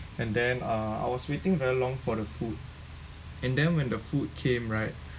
and then uh I was waiting very long for the food and then when the food came right